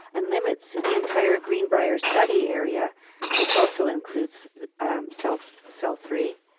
and limits the entire green briar study area which also includes cell so cell three